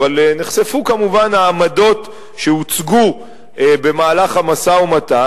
אבל נחשפו כמובן העמדות שהוצגו במהלך המשא-ומתן,